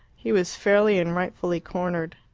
he was fairly and rightfully cornered.